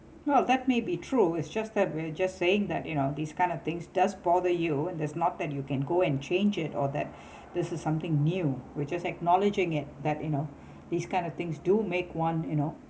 no that may be true it's just that we are just saying that you know these kind of things does bother you there's not that you can go and change it or that this is something new we just acknowledging it that you know these kind of things do make one you know